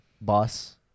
boss